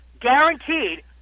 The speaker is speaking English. guaranteed